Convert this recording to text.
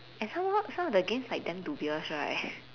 and somehow some of the games like damn dubious right